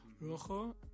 Rojo